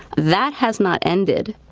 that has not ended.